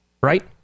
right